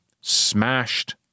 smashed